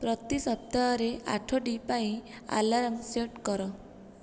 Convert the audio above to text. ପ୍ରତି ସପ୍ତାହରେ ଆଠଟି ପାଇଁ ଆଲାର୍ମ ସେଟ୍ କର